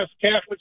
Catholic